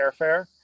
airfare